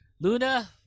Luna